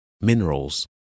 minerals